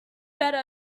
better